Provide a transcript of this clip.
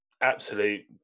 absolute